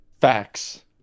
Facts